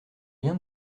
lien